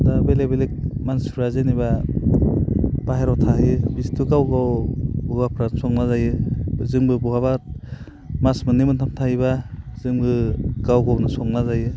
बा बेलेग बेलेग मानसिफ्रा जेनेबा बाहेरायाव थाहैयो बिसोरथ' गाव गाव हौवाफ्रा संना जायो जोंबो बहाबा मास मोननै मोनथाम थाहैब्ला जोंबो गाव गावनो संना जायो